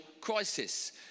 crisis